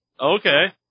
Okay